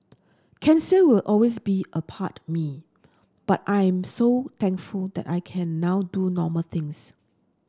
cancer will always be a part me but I am so thankful that I can now do normal things